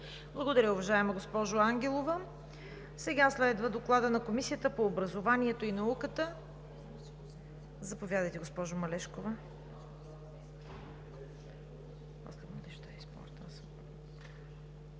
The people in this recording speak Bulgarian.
Благодаря Ви, госпожо Ангелова. Следва Доклад на Комисията по образованието и науката. Заповядайте, госпожо Малешкова.